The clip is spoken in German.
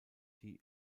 die